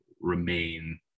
remain